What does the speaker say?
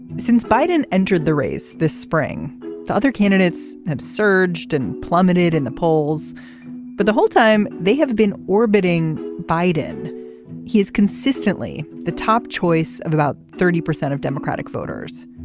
since biden entered the race this spring the other candidates have surged and plummeted in the polls but the whole time they have been orbiting. biden he is consistently the top choice of about thirty percent of democratic voters.